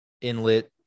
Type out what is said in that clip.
inlet